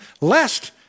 lest